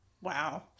Wow